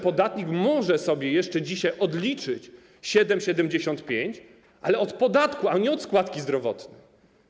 Podatnik może sobie jeszcze dzisiaj odliczyć 7,75%, ale od podatku, a nie od składki zdrowotnej.